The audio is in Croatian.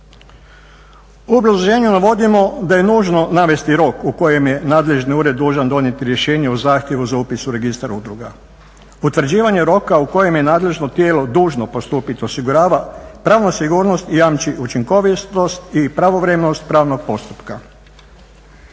U obrazloženju navodimo da je nužno navesti rok u kojem je nadležni ured dužan donijeti rješenje u zahtjevu za upis u registar udruga. Utvrđivanje roka u kojem je nadležno tijelo dužno postupiti osigurava pravnu sigurnost i jamči učinkovitost i pravovremenost pravnog postupka.